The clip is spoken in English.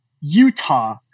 Utah